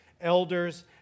elders